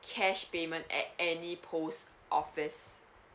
cash payment at any post office